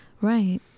Right